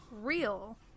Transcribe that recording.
real